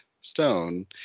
stone